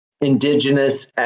indigenous